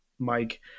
Mike